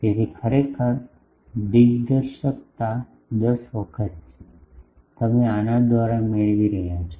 તેથી ખરેખર દિગ્દર્શકતા 10 વખત છે તમે આના દ્વારા મેળવી રહ્યાં છો